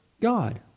God